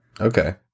Okay